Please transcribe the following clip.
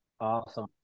awesome